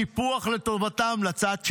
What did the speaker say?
סיפוח לטובתם, לצד שלהם.